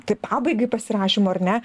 tai pabaigai pasirašymo ar ne